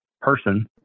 person